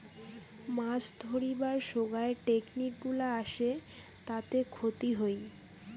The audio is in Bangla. মাছ ধরিবার সোগায় টেকনিক গুলা আসে তাতে ক্ষতি হই